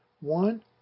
One